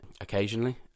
occasionally